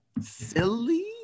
silly